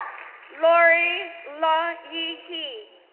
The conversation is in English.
lorrie le yi he,